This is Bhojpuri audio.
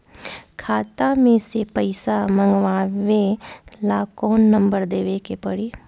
खाता मे से पईसा मँगवावे ला कौन नंबर देवे के पड़ी?